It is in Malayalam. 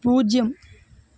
പൂജ്യം